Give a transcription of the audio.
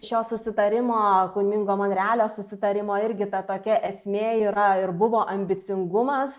šio susitarimo kūningo monrealio susitarimo irgi ta tokia esmė yra ir buvo ambicingumas